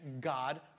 God